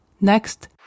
Next